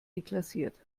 deklassiert